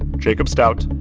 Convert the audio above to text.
jacob stout,